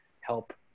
help